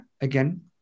again